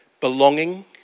belonging